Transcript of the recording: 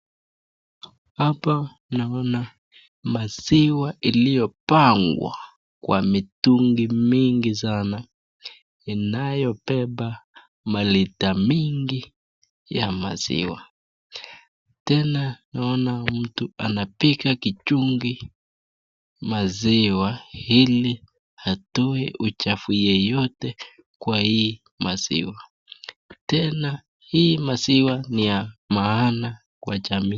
Hapa naona maziwa iliopangwa kwa mitungi mingi sana inayobeba malita mingi ya maziwa, tena naona mtu anapiga kijungi maziwa hili atoe uchafu yeyote kwa hii maziwa, tena hii maziwa ni ya maana kwa jamii.